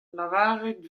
lavaret